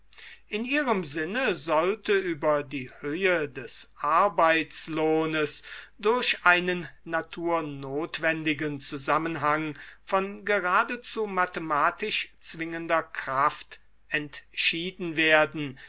in ihrem sinne sollte über die höhe des arbeitslohnes durch einen naturnotwendigen zusammenhang von geradezu mathematisch zwingender kraft entschieden werden